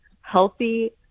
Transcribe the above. healthy